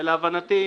ולהבנתי,